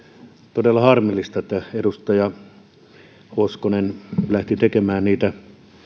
todella harmillista että edustaja hoskonen lähti tekemään niitä